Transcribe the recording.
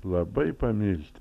labai pamilt